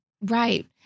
Right